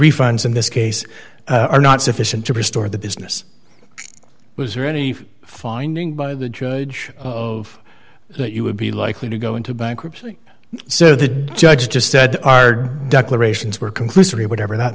refunds in this case are not sufficient to restore the business was there any finding by the judge of that you would be likely to go into bankruptcy so the judge just said our declarations were conclusory whatever that